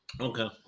Okay